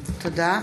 תודה.